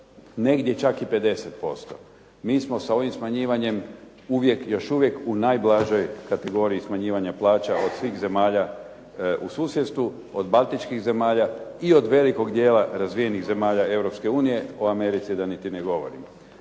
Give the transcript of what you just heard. negdje čak i 50%. Mi smo sa ovim smanjivanjem još uvijek u najblažoj kategoriji smanjivanja plaća od svih zemalja u susjedstvu, od baltičkih zemalja i od velikog dijela razvijenih zemalja Europske unije, o Americi da niti ne govorimo.